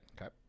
Okay